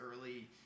early